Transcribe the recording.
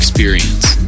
Experience